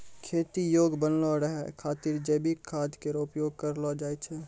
खेती योग्य बनलो रहै खातिर जैविक खाद केरो उपयोग करलो जाय छै